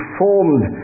formed